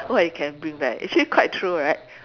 so I can bring back actually quite true right